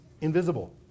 invisible